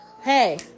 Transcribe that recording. hey